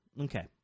Okay